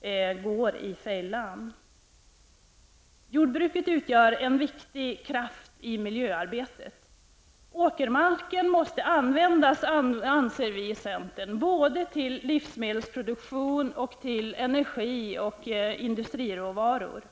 inte går i fällan. Jordbruket utgör en viktig kraft i miljöarbetet. Vi i centern anser att åkermarken måste användas både till livsmedelsproduktion och till en energi och industriråvaror.